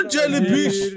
Jellyfish